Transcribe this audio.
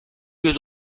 yüz